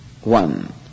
one